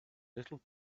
little